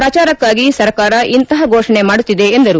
ಪ್ರಚಾರಕ್ಕಾಗಿ ಸರ್ಕಾರ ಇಂತಹ ಘೋಷಣೆ ಮಾಡುತ್ತಿದೆ ಎಂದರು